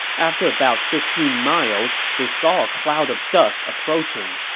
after about fifteen miles, they saw a cloud of dust approaching.